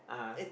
(uh huh)